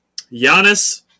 Giannis